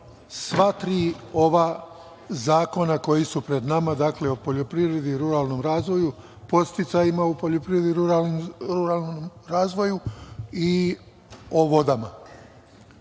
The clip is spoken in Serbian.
sva tri ova zakona koji su pred nama, dakle, o poljoprivredi i ruralnom razvoju, podsticajima u poljoprivredi i ruralnom razvoju i o vodama. To